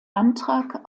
antrag